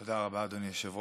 תודה רבה, אדוני היושב-ראש.